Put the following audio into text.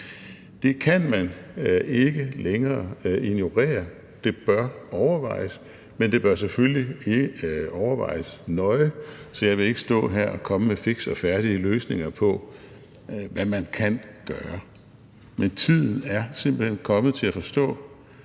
Det kan man ikke længere ignorere. Det bør overvejes nøje, så jeg vil ikke stå her og komme med fikse og færdige løsninger på, hvad man kan gøre. Men tiderne er simpelt hen kommet til at forstå,